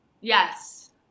Yes